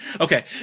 Okay